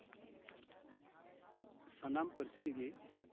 ᱥᱟᱱᱟᱢ ᱯᱟᱹᱨᱥᱤ ᱨᱮᱜᱮ